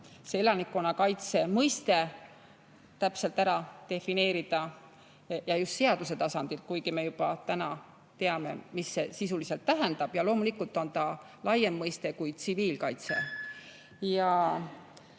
vaja elanikkonnakaitse mõiste täpselt ära defineerida just seaduse tasandil, kuigi me juba täna teame, mis see sisuliselt tähendab, ja loomulikult on see laiem mõiste kui tsiviilkaitse. Esmajärjekorras